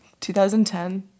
2010